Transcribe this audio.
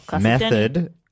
Method